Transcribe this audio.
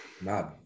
mad